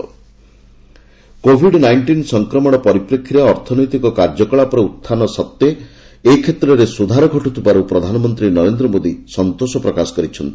PM FICCI Covid nineteen ସଂକ୍ରମଣ ପରିପ୍ରେକ୍ଷୀରେ ଅର୍ଥନୈତିକ କାର୍ଯ୍ୟକଳାପରେ ଉତ୍ଥାନ ପତନ ସତ୍ତ୍ୱେ କ୍ଷେତ୍ରରେ ସୁଧାର ଘଟୁଥିବାରୁ ପ୍ରଧାନମନ୍ତ୍ରୀ ନରେନ୍ଦ୍ର ମୋଦି ସନ୍ତୋଷ ପ୍ରକାଶ କରିଛନ୍ତି